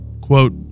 quote